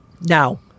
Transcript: Now